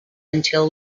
until